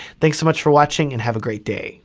thanks so much for watching and have a great day.